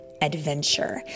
Adventure